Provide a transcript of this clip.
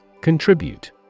Contribute